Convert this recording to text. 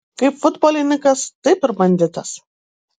kaip futbolininkas taip ir banditas